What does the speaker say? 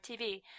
TV